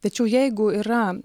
tačiau jeigu yra